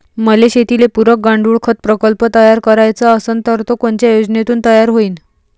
मले शेतीले पुरक गांडूळखत प्रकल्प तयार करायचा असन तर तो कोनच्या योजनेतून तयार होईन?